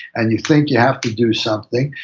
and you think you have to do something,